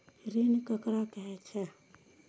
ऋण ककरा कहे छै?